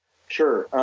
sure.